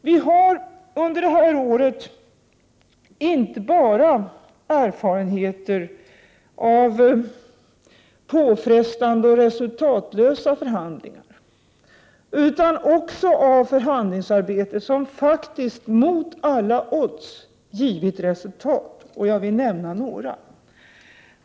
Vi har under detta år erfarenheter inte bara av påfrestande och resultatlösa förhandlingar utan också av förhandlingsarbete som faktiskt, mot alla odds, har givit resultat. Jag vill nämna några.